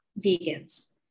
vegans